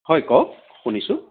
হয় কওক শুনিছোঁ